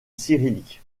cyrillique